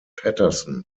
patterson